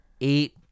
eight